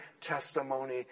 testimony